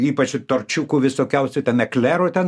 ypač torčiukų visokiausių ten eklerų ten